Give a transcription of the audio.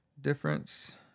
difference